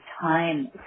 time